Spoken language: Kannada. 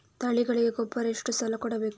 ತಳಿಗಳಿಗೆ ಗೊಬ್ಬರ ಎಷ್ಟು ಸಲ ಕೊಡಬೇಕು?